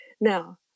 now